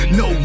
no